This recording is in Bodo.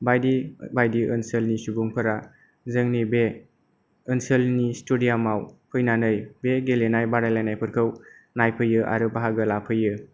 बायदि बायदि ओनसोलनि सुबुंफोरा जोंनि बे ओनसोलनि ष्टेडियामाव फैनानै बे गेलेनाय बादायलायनायफोरखौ नायफैयो आरो बाहागो लाफैयो